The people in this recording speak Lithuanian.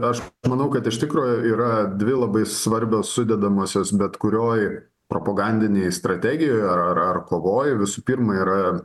aš manau kad iš tikro yra dvi labai svarbios sudedamosios bet kurioj propagandinėj strategijoj ar ar kovoj visų pirma yra